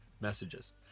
messages